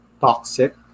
toxic